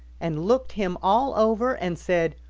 and looked him all over, and said,